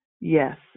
Yes